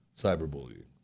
cyberbullying